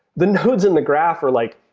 then hoods in the graph are like,